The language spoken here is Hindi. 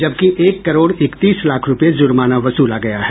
जबकि एक करोड़ इकतीस लाख रूपये जुर्माना वसूला गया है